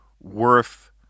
worth